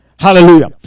hallelujah